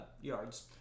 yards